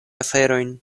aferojn